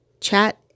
chat